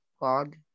God